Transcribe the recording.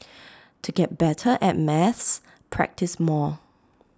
to get better at maths practise more